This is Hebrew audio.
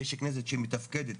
יש כנסת שמתפקדת,